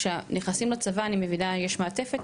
כשנכנסים לצבא אני מבינה יש מעטפת,